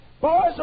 boys